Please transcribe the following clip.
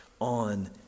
on